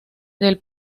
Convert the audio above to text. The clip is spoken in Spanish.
del